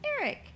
Eric